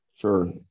Sure